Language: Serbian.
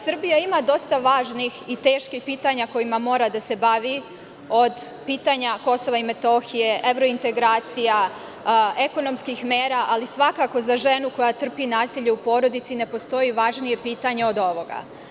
Srbija ima dosta važnih i teških pitanja kojima mora da se bavi, od pitanja Kosova i Metohije, evrointegracija, ekonomskih mera, ali svakako za ženu koja trpi nasilje u porodici ne postoji važnije pitanje od ovoga.